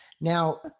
now